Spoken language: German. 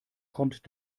kommt